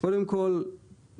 קודם כל תראו,